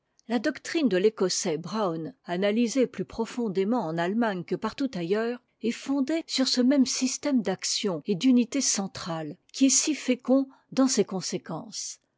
la doctrine de l'écossais brown analysée plus profondément en allemagne que partout ailleurs est fondée sur ce même système d'action et d'unité centrales qui est si fécond dans ses conséquences